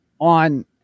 On